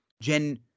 Jen